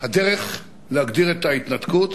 הדרך להגדיר את ההתנתקות,